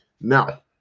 Now